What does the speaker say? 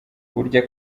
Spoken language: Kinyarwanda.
burya